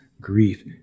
grief